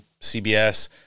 CBS